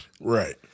Right